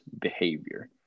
behavior